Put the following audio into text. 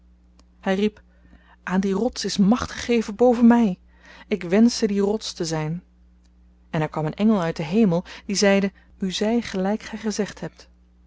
hy riep aan die rots is macht gegeven boven my ik wenschte die rots te zyn en er kwam een engel uit den hemel die zeide u zy gelyk gy gezegd hebt